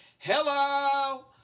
Hello